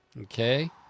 Okay